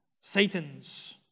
Satan's